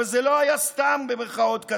אבל זה לא היה 'סתם' קדיש"